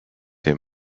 him